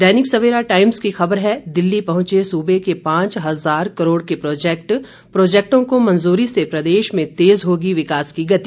दैनिक Savera Times की खबर है दिल्ली पहुंचे सूबे के पांच हज़ार करोड़ के प्रोजैक्ट प्रोजैक्टों की मंजूरी से प्रदेश में तेज होगी विकास की गति